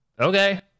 okay